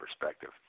perspective